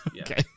Okay